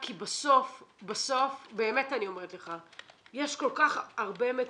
כי בסוף --- אני רוצה להגיד לך משהו,